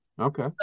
okay